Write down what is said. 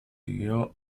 guió